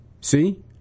See